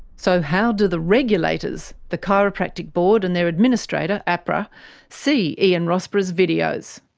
so how do the regulators the chiropractic board and their administrator, ahpra see ian rossborough's videos?